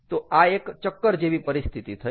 તો આ એક ચક્કર જેવી પરિસ્થિતિ થઈ